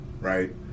right